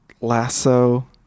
lasso